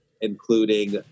including